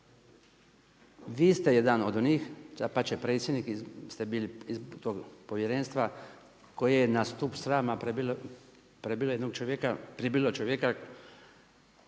Vi ste jedan od onih da pače predsjednik ili ste bili iz tog povjerenstva, koji je na stup srama pribilo čovjeka, optužilo ga,